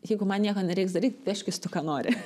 jeigu man nieko nereiks daryt vežkis tu ką nori